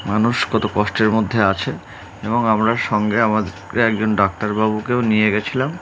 মানুষ কতো কষ্টের মধ্যে আছে এবং আমরা সঙ্গে আমাদেরকে একজন ডাক্তারবাবুকেও নিয়ে গেছিলাম